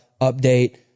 update